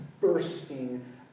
bursting